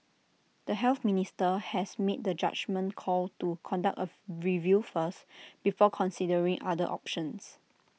the health minister has made the judgement call to conduct A review first before considering other options